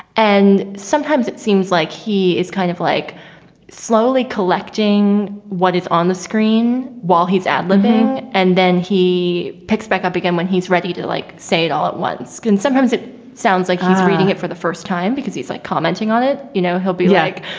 and sometimes it seems like he is kind of like slowly collecting what is on the screen while he's ad libbing, and then he picks back up again when he's ready to like say it all at once. and sometimes it sounds like he's reading it for the first time because he's like commenting on it. you know, he'll be like,